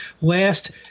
last